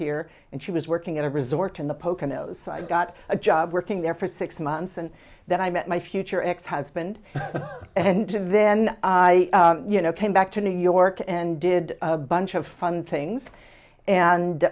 here and she was working at a resort in the poconos so i got a job working there for six months and then i met my future ex husband and then i you know came back to new york and did a bunch of fun things and